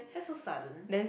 that's so sudden